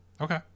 Okay